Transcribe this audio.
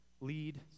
lead